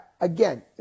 Again